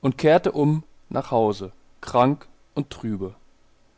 und kehrte um nach hause krank und trübe